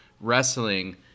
wrestling